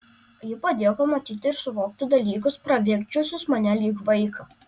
ji padėjo pamatyti ir suvokti dalykus pravirkdžiusius mane lyg vaiką